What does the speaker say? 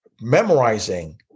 memorizing